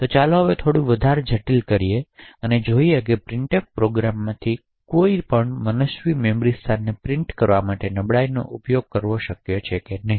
તો ચાલો હવે થોડો વધારે જટિલતા કરીએ ચાલો જોઈએ કે પ્રિંટફ પ્રોગ્રામમાંથી કોઈપણ મનસ્વી મેમરી સ્થાનને પ્રિન્ટ કરવા માટે નબળાઈનો ઉપયોગ કરવો શક્ય છે કે નહીં